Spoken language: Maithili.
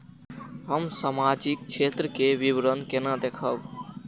हम सामाजिक क्षेत्र के विवरण केना देखब?